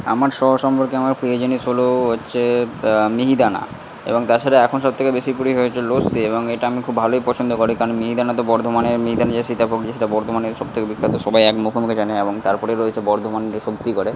আমার শহর সম্পর্কে আমার প্রিয় জিনিস হল হচ্ছে মিহিদানা এবং তাছাড়া এখন সব থেকে বেশি প্রি হয়েছে লস্যি এবং এটা আমি খুব ভালোই পছন্দ করি কারণ মিহিদানা তো বর্ধমানের মিহিদানা যে সীতাভোগ যে সেটা বর্ধমানের সব থেকে বিখ্যাত সবাই এক মুখে মুখে জানে এবং তারপরে রয়েছে বর্ধমানের শক্তিগড়ে